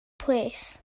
plîs